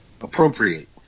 Appropriate